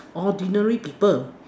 ordinary people